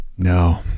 no